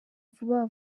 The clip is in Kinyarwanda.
vuba